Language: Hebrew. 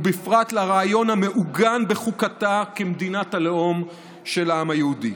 ובפרט לרעיון המעוגן בחוקתה כמדינה הלאום של העם היהודי.